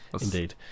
indeed